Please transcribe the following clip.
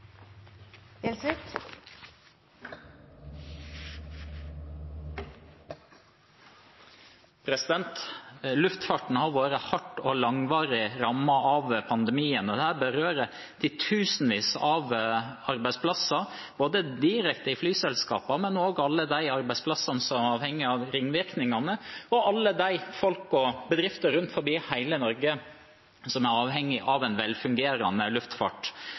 pandemien, og dette berører titusenvis av arbeidsplasser, både arbeidsplasser direkte i flyselskapene og alle dem som er avhengige av ringvirkningene, alle de folkene og bedriftene rundt omkring i hele Norge som er avhengige av en velfungerende luftfart.